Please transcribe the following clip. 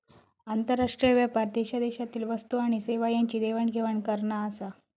आंतरराष्ट्रीय व्यापार देशादेशातील वस्तू आणि सेवा यांची देवाण घेवाण करना आसा